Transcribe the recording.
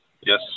Yes